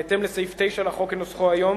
בהתאם לסעיף 9 לחוק כנוסחו היום,